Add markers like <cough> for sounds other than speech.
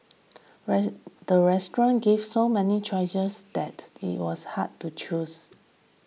<unintelligible> the restaurant gave so many choices that it was hard to choose